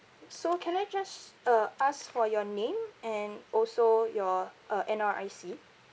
so can I just uh ask for your name and also your uh N_R_I_C